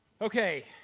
Okay